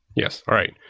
yes. all right.